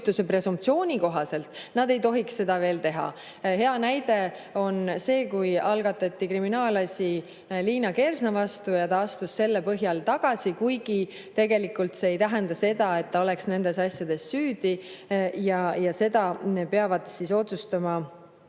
presumptsiooni kohaselt nad ei tohiks seda veel teha. Hea näide on see, kui algatati kriminaalasi Liina Kersna vastu ja ta astus selle tõttu tagasi, kuigi tegelikult see ei tähendanud seda, et ta oleks nendes asjades süüdi. Seda peavad otsustama